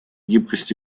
гибкость